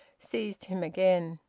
seized him again.